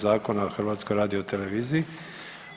Zakona o HRT-u.